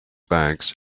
bags